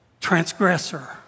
transgressor